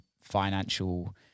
financial